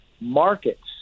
markets